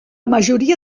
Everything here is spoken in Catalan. majoria